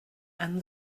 and